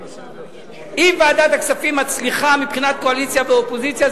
שאם ועדת הכספים מצליחה מבחינת קואליציה ואופוזיציה,